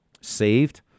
saved